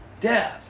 death